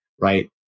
right